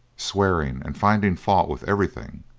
swearing and finding fault with everything.